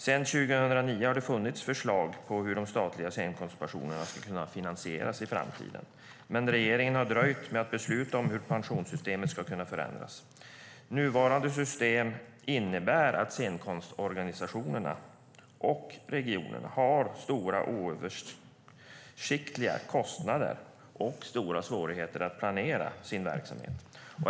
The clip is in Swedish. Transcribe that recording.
Sedan 2009 har det funnits förslag på hur de statliga scenkonstpensionerna skulle kunna finansieras i framtiden, men regeringen har dröjt med att besluta om hur pensionssystemet ska kunna förändras. Nuvarande system innebär att scenkonstorganisationerna och regionerna har stora, oöversiktliga kostnader och stora svårigheter att planera sin verksamhet.